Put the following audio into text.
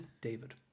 David